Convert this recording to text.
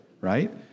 right